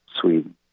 sweden